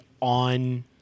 on –